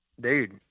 dude